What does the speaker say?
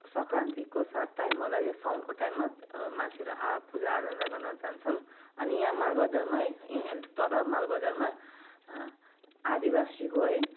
सङ्क्रान्तिको सायद टाइममा होला यहाँ साउनको टाइममा मान्छेहरू आएर पूजाआजा गर्न जान्छन् अनि यहाँ मालबजारमा है यहीँ अलि तल मालबजारमा आदिवासीको है